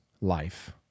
life